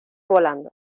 volando